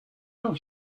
room